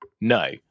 no